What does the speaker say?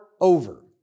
over